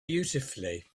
beautifully